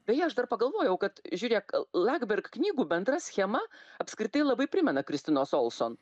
beje aš dar pagalvojau kad žiūrėk lakberg knygų bendra schema apskritai labai primena kristinos olson